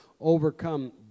overcome